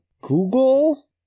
Google